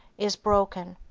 is broken,